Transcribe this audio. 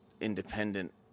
independent